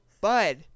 bud